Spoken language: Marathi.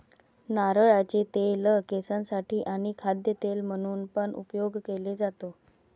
नारळाचे तेल केसांसाठी आणी खाद्य तेल म्हणून पण उपयोग केले जातो